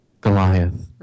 Goliath